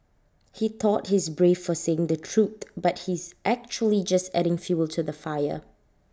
he thought he is brave for saying the truth but he is actually just adding fuel to the fire